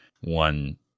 one